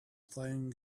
playing